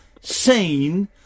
seen